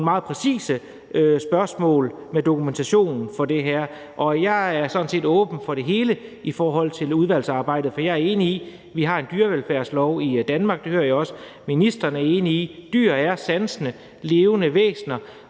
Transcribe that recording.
nogle meget præcise spørgsmål om dokumentation for det her. Jeg er sådan set åben for det hele i forhold til udvalgsarbejdet, for vi har en dyrevelfærdslov i Danmark, der fastslår, at dyr er sansende, levende væsener,